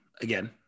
again